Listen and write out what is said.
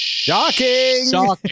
Shocking